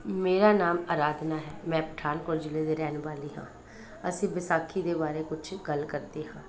ਮੇਰਾ ਨਾਮ ਅਰਾਧਨਾ ਹੈ ਮੈਂ ਪਠਾਨਕੋਟ ਜ਼ਿਲ੍ਹੇ ਦੀ ਰਹਿਣ ਵਾਲੀ ਹਾਂ ਅਸੀਂ ਵਿਸਾਖੀ ਦੇ ਬਾਰੇ ਕੁਝ ਗੱਲ ਕਰਦੇ ਹਾਂ